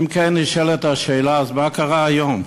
אם כן, נשאלת השאלה: אז מה קרה היום?